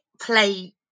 play